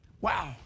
Wow